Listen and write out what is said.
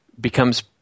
becomes